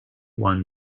won